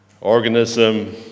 organism